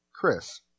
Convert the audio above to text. Chris